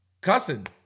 cussing